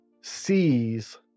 sees